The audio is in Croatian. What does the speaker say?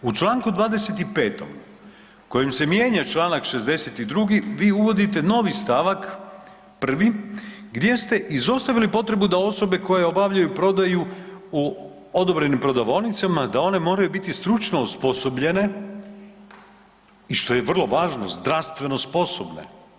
U čl. 25. kojim se mijenja čl. 62., vi uvodite novi stavak 1. gdje ste izostavili potrebu da osobe koje obavljaju prodaju u odobrenim prodavaonicama, da one moraju biti stručno osposobljene i što je vrlo važno, zdravstveno sposobne.